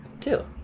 two